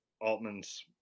Altman's